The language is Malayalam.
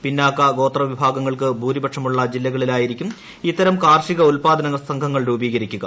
പിന്നാക്ക ഗോത്രവിഭാഗങ്ങൾക്ക് ഭൂരിപക്ഷമുള്ള ജില്ലകളിലായിരിക്കും ഇത്തരം കാർഷിക ഉത്പാദക സംഘങ്ങൾ രൂപീകരിക്കുക